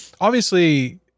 obviously-